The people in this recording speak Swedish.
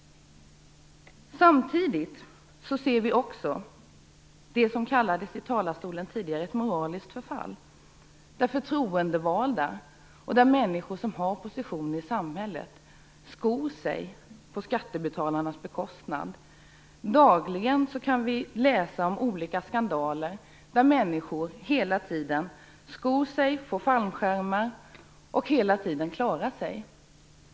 Samtidigt ser vi vad som tidigare i talarstolen kallades ett moraliskt förfall. Förtroendevalda och människor med positioner i samhället skor sig på skattebetalarnas bekostnad. Dagligen kan vi läsa om olika skandaler där människor skor sig, får fallskärmar och hela tiden klarar sig.